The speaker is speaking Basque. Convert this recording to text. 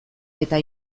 eta